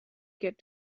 get